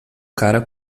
cara